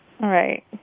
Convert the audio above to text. Right